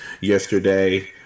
yesterday